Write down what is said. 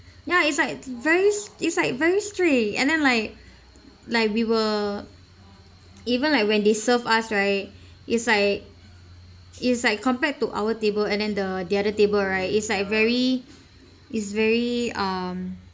ya it's like very s~ it's like very strict and then like like we were even like when they serve us right is like is like compared to our table and then the the other table right is like very is very um